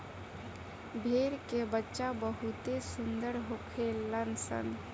भेड़ के बच्चा बहुते सुंदर होखेल सन